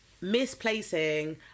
misplacing